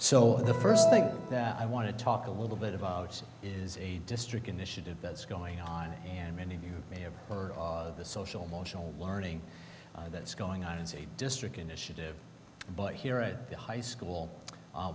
so the first thing that i want to talk a little bit about is a district initiative that's going on and many of you may have heard of the social motional learning that's going on as a district initiative but here at the high school